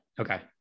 Okay